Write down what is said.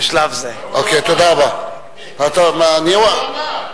תודה רבה לך, אדוני היושב-ראש.